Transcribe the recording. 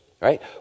right